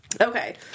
Okay